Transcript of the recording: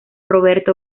roberto